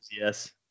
yes